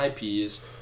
IPs